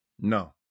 No